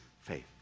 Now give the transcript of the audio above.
faith